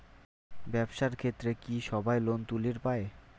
ব্যবসার ক্ষেত্রে কি সবায় লোন তুলির পায়?